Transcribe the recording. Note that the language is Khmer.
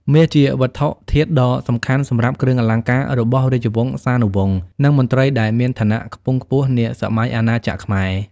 មាស ជាវត្ថុធាតុដ៏សំខាន់សម្រាប់គ្រឿងអលង្ការរបស់រាជវង្សានុវង្ស និងមន្ត្រីដែលមានឋានៈខ្ពង់ខ្ពស់នាសម័យអាណាចក្រខ្មែរ។